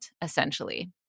essentially